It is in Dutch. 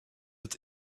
het